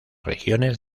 regiones